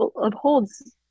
upholds